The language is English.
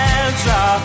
answer